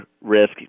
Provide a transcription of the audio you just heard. risk